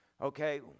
okay